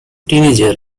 teenager